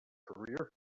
career